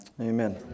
Amen